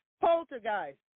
poltergeist